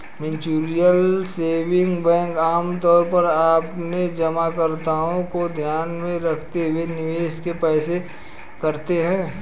mutual saving bank आमतौर पर अपने जमाकर्ताओं को ध्यान में रखते हुए निवेश के फैसले करते हैं